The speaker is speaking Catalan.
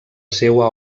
seua